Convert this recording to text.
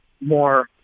more